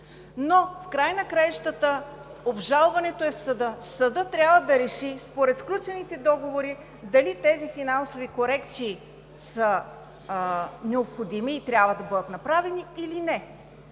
но в края на краищата обжалването е в съда. Съдът трябва да реши според сключените договори дали тези финансови корекции са необходими и трябва да бъдат направени, или не.